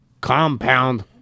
compound